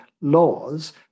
laws